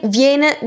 viene